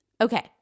Okay